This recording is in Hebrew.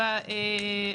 בבקשה.